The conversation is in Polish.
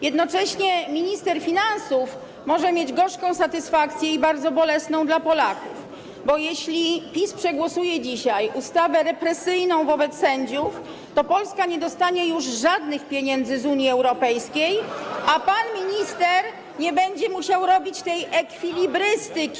Jednocześnie minister finansów może mieć gorzką satysfakcję, bardzo bolesną dla Polaków, bo jeśli PiS przegłosuje dzisiaj ustawę represyjną wobec sędziów, to Polska nie dostanie już żadnych pieniędzy z Unii Europejskiej (Wesołość na sali), a pan minister nie będzie musiał robić tej ekwilibrystyki.